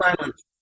silence